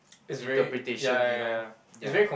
interpretation you know ya